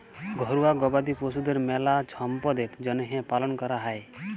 ঘরুয়া গবাদি পশুদের মেলা ছম্পদের জ্যনহে পালন ক্যরা হয়